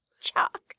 chalk